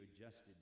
adjusted